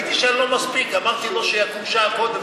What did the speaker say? ראיתי שאני לא מספיק, אמרתי לו שיקום שעה קודם.